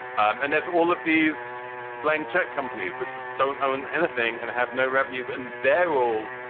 and that's all of these blank check companies which don't own anything and have no revenues. and they're all,